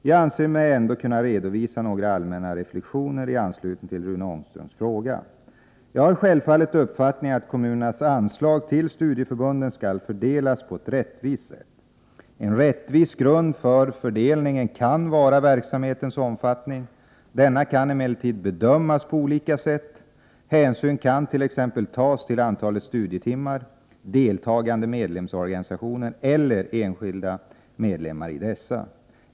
Jag anser mig ändå kunna redovisa några allmänna reflexioner i anslutning till Rune Ångströms fråga. Jag har självfallet uppfattningen att kommunernas anslag till studieförbunden skall fördelas på ett rättvist sätt. En rättvis grund för fördelningen kan vara verksamhetens omfattning. Denna kan emellertid bedömas på olika sätt. Hänsyn kan t.ex. tas till antalet studietimmar, deltagande medlemsorganisationer eller enskilda medlemmar i dessa.